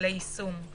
ליישום;